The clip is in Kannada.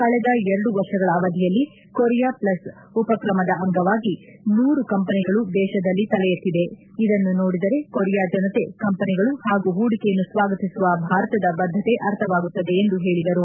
ಕಳೆದ ಎರಡು ವರ್ಷಗಳ ಅವಧಿಯಲ್ಲಿ ಕೊರಿಯಾ ಪ್ಲಸ್ ಉಪಕ್ರಮದ ಅಂಗವಾಗಿ ನೂರು ಕಂಪನಿಗಳು ದೇಶದಲ್ಲಿ ತಲೆಎತ್ತಿದೆ ಇದನ್ನು ನೋಡಿದರೆ ಕೊರಿಯಾ ಜನತೆ ಕಂಪನಿಗಳು ಹಾಗೂ ಹೂಡಿಕೆಯನ್ನು ಸ್ವಾಗತಿಸುವ ಭಾರತದ ಬದ್ದತೆ ಅರ್ಥವಾಗುತ್ತದೆ ಎಂದು ಹೇಳಿದರು